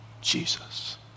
Jesus